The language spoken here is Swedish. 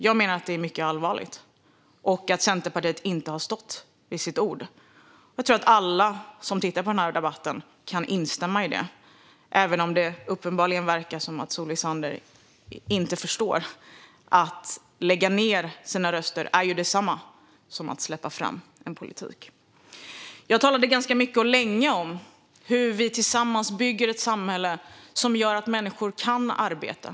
Jag menar att detta är mycket allvarligt och att Centerpartiet inte har stått vid sitt ord. Jag tror att alla som tittar på den här debatten kan instämma i det. Att lägga ned sina röster är detsamma som att släppa fram en politik, men det förstår uppenbarligen inte Solveig Zander. Jag talade ganska mycket och länge om hur vi tillsammans bygger ett samhälle som gör att människor kan arbeta.